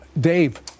Dave